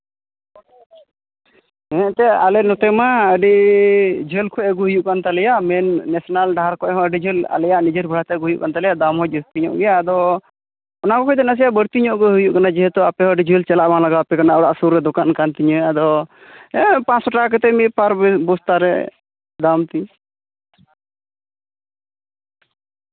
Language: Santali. ᱦᱮᱸ ᱮᱱᱛᱮᱫ ᱟᱞᱮ ᱱᱚᱛᱮ ᱢᱟ ᱟᱹᱰᱤ ᱡᱷᱟᱹᱞ ᱠᱷᱚᱡ ᱟᱹᱜᱩᱭ ᱦᱩᱭᱩᱜ ᱠᱟᱱ ᱛᱟᱞᱮᱭᱟ ᱢᱮᱱ ᱱᱮᱥᱱᱮᱞ ᱰᱟᱦᱟᱨ ᱠᱷᱚᱡ ᱦᱚᱸ ᱟᱹᱰᱤ ᱡᱷᱟᱹᱞ ᱟᱞᱮᱭᱟᱜ ᱱᱤᱡᱮᱨ ᱵᱷᱟᱲᱟ ᱛᱮ ᱟᱹᱜᱩᱭ ᱦᱩᱭᱩᱜ ᱠᱟᱱ ᱛᱟᱞᱮᱭᱟ ᱫᱟᱢ ᱦᱚᱸ ᱡᱟᱹᱥᱛᱤ ᱧᱚᱜ ᱜᱮᱭᱟ ᱟᱫᱚ ᱚᱱᱟ ᱠᱚ ᱠᱷᱚᱡ ᱫᱚ ᱱᱟᱥᱮᱱᱟᱜ ᱵᱟᱹᱲᱛᱤ ᱧᱚᱜ ᱜᱮ ᱦᱩᱭᱩᱜ ᱠᱟᱱᱟ ᱡᱮᱦᱮᱛᱩ ᱟᱯᱮ ᱦᱚᱸ ᱟᱹᱰᱤ ᱡᱷᱟᱹᱞ ᱟᱞᱟᱜ ᱵᱟᱝ ᱞᱟᱜᱟᱣᱟᱯᱮ ᱠᱟᱱᱟ ᱚᱲᱟᱜ ᱥᱩᱨ ᱨᱮ ᱫᱚᱠᱟᱱ ᱠᱟᱱ ᱛᱤᱧᱟᱹ ᱟᱫᱚ ᱦᱮᱸ ᱯᱟᱸᱥ ᱥᱚ ᱴᱟᱠᱟ ᱠᱟᱛᱮ ᱢᱤᱫ ᱵᱚᱥᱛᱟ ᱯᱟᱨ ᱵᱚᱥᱛᱟ ᱨᱮ ᱫᱟᱢ ᱛᱤᱧ